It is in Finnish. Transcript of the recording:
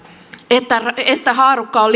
että että haarukka on